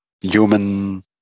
human